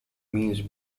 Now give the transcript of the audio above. means